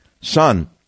son